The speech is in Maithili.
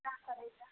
पूजा करैलए